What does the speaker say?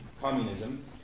communism